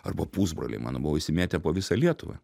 arba pusbroliai mano buvo išsimėtę po visą lietuvą